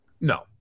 No